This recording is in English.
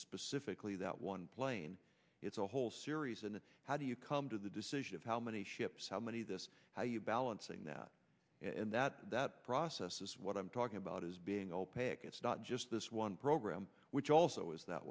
specifically that one plane it's a whole series and how do you come to the decision of how many ships how many this how you balancing that and that process is what i'm talking about is being opaque it's not just this one program which also is that